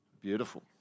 beautiful